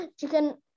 chicken